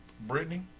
Brittany